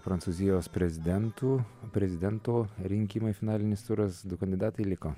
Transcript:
prancūzijos prezidentų prezidentų rinkimai finalinis turas du kandidatai liko